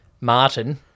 Martin